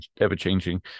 ever-changing